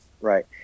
Right